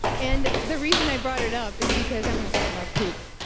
and the reason i brought it up is because i wanted to talk about poop.